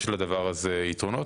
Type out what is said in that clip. יש לדבר הזה יתרונות,